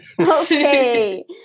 Okay